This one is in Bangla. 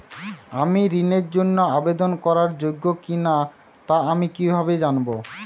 আমি ঋণের জন্য আবেদন করার যোগ্য কিনা তা আমি কীভাবে জানব?